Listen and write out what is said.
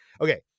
okay